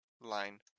line